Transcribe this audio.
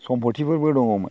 सम्प'तिफोरबो दङमोन